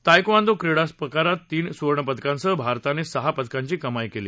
taekwondo क्रीडा प्रकारात तीन सुवर्णपदकांसह भारतानं सहा पदकांची कमाई केली